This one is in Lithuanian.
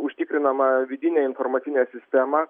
užtikrinamą vidinę informacinę sistemą